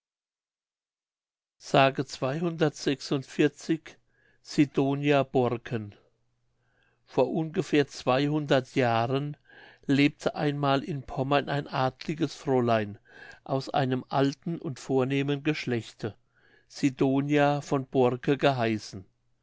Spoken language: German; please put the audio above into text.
s sidonia borken vor ungefähr zweihundert jahren lebte einmal in pommern ein adliges fräulein aus einem alten und vornehmen geschlechte sidonia von borke geheißen